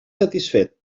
satisfet